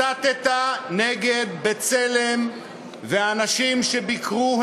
הסתָּ נגד "בצלם" ואנשים שביקרו,